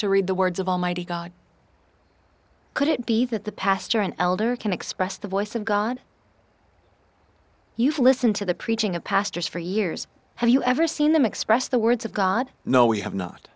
to read the words of almighty god could it be that the pastor an elder can express the voice of god you've listened to the preaching of pastors for years have you ever seen them express the words of god no we have no